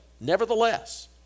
nevertheless